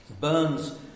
Burns